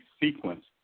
sequence